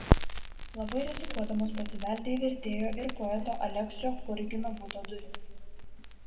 labai rizikuodamos pasibeldė į vertėjo ir poeto aleksio churgino buto duris